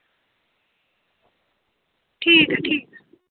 ठीक ठीक